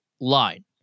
line